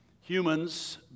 humans